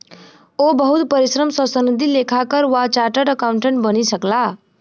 ओ बहुत परिश्रम सॅ सनदी लेखाकार वा चार्टर्ड अकाउंटेंट बनि सकला